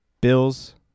Bills